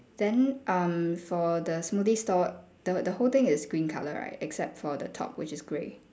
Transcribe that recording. then um for the smoothie store the the whole thing is green colour right except for top which is grey